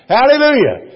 Hallelujah